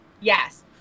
Yes